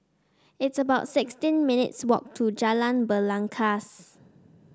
it's about sixteen minutes' walk to Jalan Belangkas